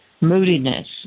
moodiness